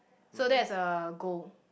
so that's a goal